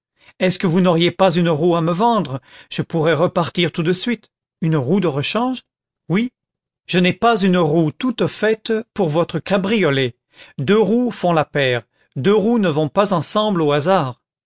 est-ce que vous n'auriez pas une roue à me vendre je pourrais repartir tout de suite une roue de rechange oui je n'ai pas une roue toute faite pour votre cabriolet deux roues font la paire deux roues ne vont pas ensemble au hasard